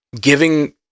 giving